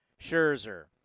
Scherzer